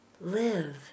Live